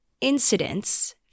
incidents